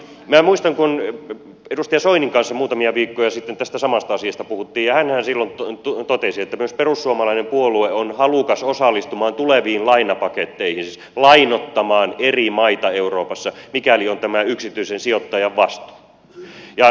minä muistan kun edustaja soinin kanssa muutamia viikkoja sitten tästä samasta asiasta puhuimme ja hänhän silloin totesi että myös perussuomalainen puolue on halukas osallistumaan tuleviin lainapaketteihin siis lainoittamaan eri maita euroopassa mikäli on tämä yksityisen sijoittajan vastuu